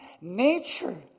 nature